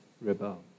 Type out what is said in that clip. rebel